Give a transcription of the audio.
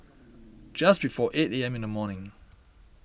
just before eight A M in the morning